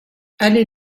allée